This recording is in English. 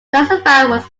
classified